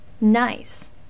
Nice